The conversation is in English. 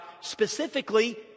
specifically